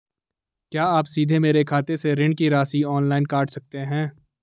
क्या आप सीधे मेरे खाते से ऋण की राशि ऑनलाइन काट सकते हैं?